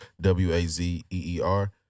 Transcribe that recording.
W-A-Z-E-E-R